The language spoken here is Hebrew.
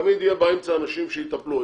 תמיד יהיו באמצע אנשים שיטפלו,